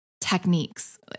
techniques